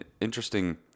interesting